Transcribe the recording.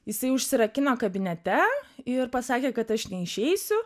jisai užsirakino kabinete ir pasakė kad aš neišeisiu